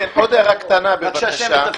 עוד הערה קטנה, בבקשה.